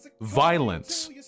violence